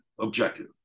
objective